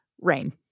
Rain